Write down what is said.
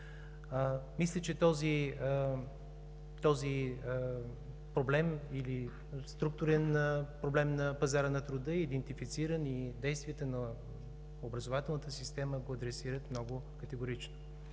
Мисля, че този структурен проблем на пазара на труда е идентифициран и действията на образователната система го адресират много категорично.